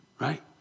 right